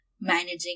managing